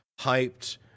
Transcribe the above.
hyped